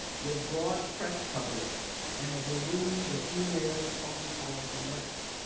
with broad press coverage and a deluge of emails, phone calls, and letters.